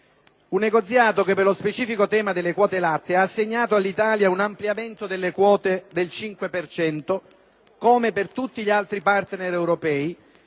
un negoziato che, per lo specifico tema delle quote latte, ha assegnato all'Italia un ampliamento delle quote del 5 per cento, come per tutti gli altri partner europei,